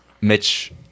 Mitch